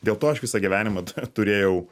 dėl to aš visą gyvenimą turėjau